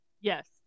Yes